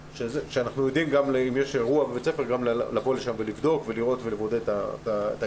כשאנחנו יודעים אם יש אירוע בבית ספר לבוא לשם ולבדוק ולבודד את הילדים